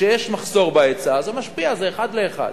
כשיש מחסור בהיצע, זה משפיע, זה אחד לאחד.